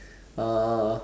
uh